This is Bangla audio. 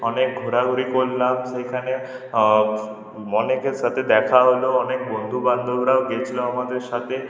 অনেক ঘোরাঘুরি করলাম সেইখানে অনেকের সাথে দেখা হল অনেক বন্ধু বান্ধবরাও গিয়েছিল আমাদের সাথে